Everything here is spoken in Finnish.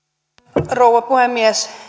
arvoisa rouva puhemies